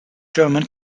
german